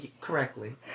correctly